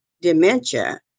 dementia